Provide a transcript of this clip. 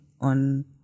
on